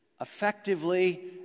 effectively